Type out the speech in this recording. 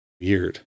Weird